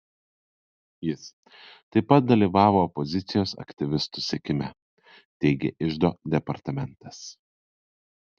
jis taip pat dalyvavo opozicijos aktyvistų sekime teigė iždo departamentas